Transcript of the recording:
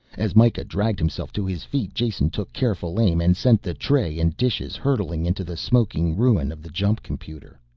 as mikah dragged himself to his feet, jason took careful aim and sent the tray and dishes hurtling into the smoking ruin of the jump computer.